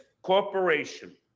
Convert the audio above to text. corporation